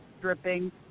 dripping